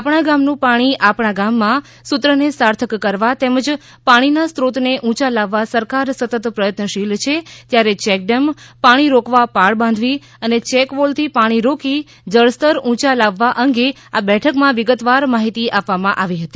આપણા ગામનુ પાણી આપણા ગામમાં સૂત્રને સાર્થક તેમજ પાણીના સ્રોઠાતને ઉંચા લાવવા સરકાર સતત પ્રયત્નશીલ છે ત્યારે ચેક ડેમ પાણી રોકવા પાળ બાંધવી અને ચેકવોલથી પાણી રોકી જળ સ્તર ઉંચા લાવવા આ બેઠકમાં વિગતવાર માહિતી આપવામાં આવી હતી